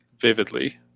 vividly